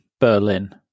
Berlin